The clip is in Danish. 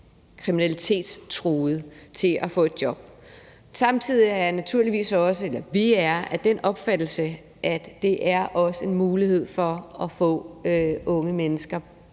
kriminalitetstruet til at få et job, os. Samtidig er vi naturligvis også af den opfattelse, at det også er en mulighed for måske at få unge mennesker